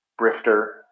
brifter